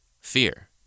Fear